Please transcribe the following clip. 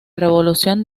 revolución